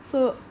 so